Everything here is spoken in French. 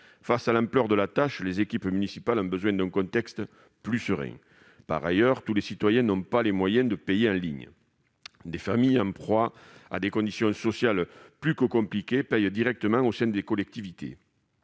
Face à l'ampleur de la tâche, les équipes municipales ont besoin d'un contexte plus serein. Par ailleurs, tous les citoyens n'ont pas les moyens de payer en ligne. Certaines familles, en proie à des difficultés majeures, préfèrent payer directement les services de la collectivité.